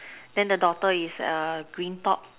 then the daughter is a green top